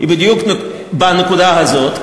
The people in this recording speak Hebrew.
הן בדיוק בנקודה הזאת,